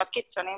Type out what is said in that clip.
אני כאן.